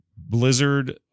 Blizzard